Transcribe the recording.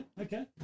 okay